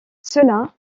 cela